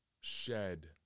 shed